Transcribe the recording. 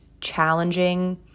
challenging